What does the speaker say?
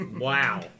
Wow